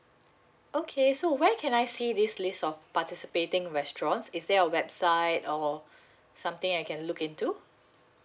okay so when can I see this list of participating restaurants is there a website or something I can look into